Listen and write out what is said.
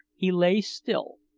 he lay still,